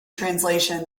translation